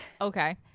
okay